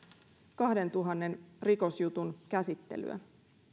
kahdentuhannen rikosjutun käsittelyä